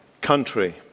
country